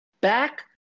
back